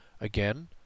Again